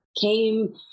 came